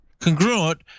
Congruent